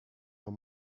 your